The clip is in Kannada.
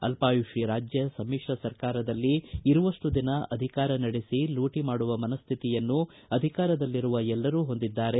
ಅಲ್ಪಾಯುಷಿ ರಾಜ್ಯ ಸಮಿತ್ರ ಸರ್ಕಾರದಲ್ಲಿ ಇರುವಷ್ಟು ದಿನ ಅಧಿಕಾರ ನಡೆಸಿ ಲೂಟಿ ಮಾಡುವ ಮನಸ್ವಿಯನ್ನು ಅಧಿಕಾರದಲ್ಲಿರುವ ಎಲ್ಲರೂ ಹೊಂದಿದ್ದಾರೆ